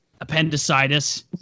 appendicitis